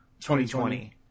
2020